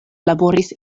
laboris